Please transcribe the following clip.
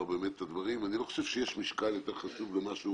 את הדברים אני לא חושב שיש משקל יותר חשוב למשהו